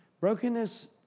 brokenness